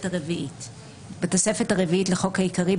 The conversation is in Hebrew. הרביעית 8. בתוספת הרביעית לחוק העיקרי,